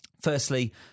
Firstly